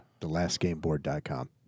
Thelastgameboard.com